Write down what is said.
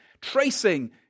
tracing